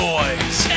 Boys